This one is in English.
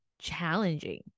challenging